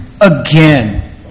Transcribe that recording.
again